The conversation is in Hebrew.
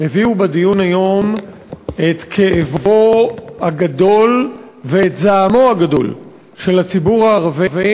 הביאו בדיון היום את כאבו הגדול ואת זעמו הגדול של הציבור הערבי